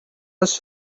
was